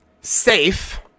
safe